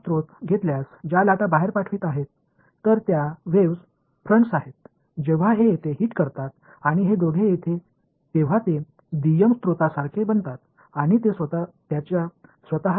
இது இங்கே மற்றும் இந்த இரண்டு பையன்களையும் தாக்கும்போது அவர்கள் இரண்டாம் நிலை ஆதாரங்களைப் போல மாறி அவர்கள் தங்கள் சொந்த அலைகளை வெளியேற்றத் தொடங்குவார்கள்